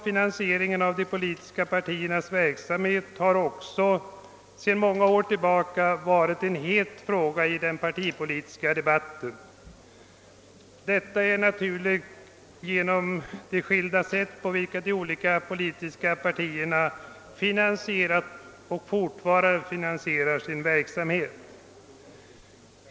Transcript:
Finansieringen av de politiska partiernas verksamhet har sedan många år varit en het fråga i den partipolitiska debatten. Detta är naturligt med tanke på de skilda sätt, på vilka de olika politiska partierna finansierat och fortfarande finansierar sin verksamhet.